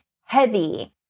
heavy